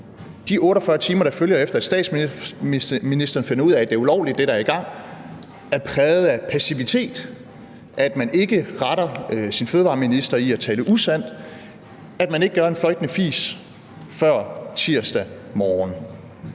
de 48 timer, der følger, efter at statsministeren finder ud af, at det, der er i gang, er ulovligt, er præget af passivitet og af, at man ikke retter sin fødevareminister, når han taler usandt – at man ikke gør en fløjtende fis før tirsdag morgen.